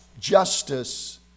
justice